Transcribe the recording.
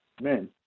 men